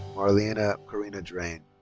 marleina corina drane.